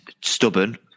stubborn